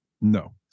No